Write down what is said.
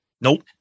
Nope